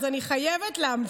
אז אני חייבת להמשיך,